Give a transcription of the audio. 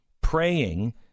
Praying